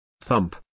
thump